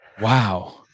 Wow